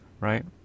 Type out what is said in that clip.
right